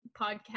podcast